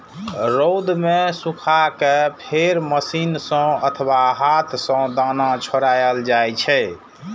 रौद मे सुखा कें फेर मशीन सं अथवा हाथ सं दाना छोड़ायल जाइ छै